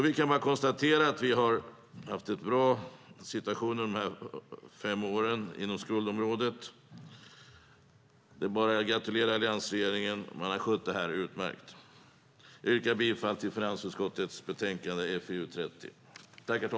Vi kan konstatera att vi har haft en bra situation på skuldområdet under de här fem åren. Det är bara att gratulera alliansregeringen. Den har skött det här utmärkt. Jag yrkar bifall till förslaget i finansutskottets betänkande FiU30.